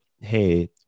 hey